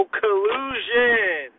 collusion